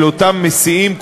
אל אותם מסיעים,